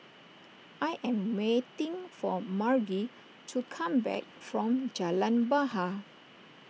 I am waiting for Margy to come back from Jalan Bahar